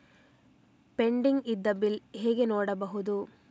Pending ಇದ್ದ bill ಹೇಗೆ ನೋಡುವುದು?